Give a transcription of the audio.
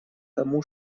тому